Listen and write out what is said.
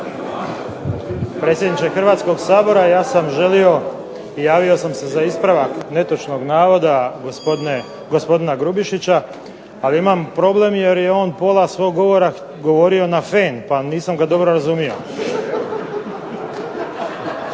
Predsjedniče Hrvatskoga sabora ja sam želio i javio sam se za ispravak netočnog navoda gospodina Grubišića, ali imam problem jer je on pola svog govora govorio na fen pa ga nisam razumio.